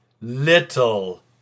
little